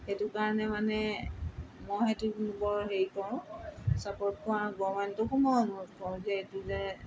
সেইটো কাৰণে মানে মই সেইটো বৰ হেৰি কৰোঁ ছাপৰ্ট কৰোঁ আৰু গভৰ্ণমেণ্টকো মই অনুৰোধ কৰোঁ যে এইটো যে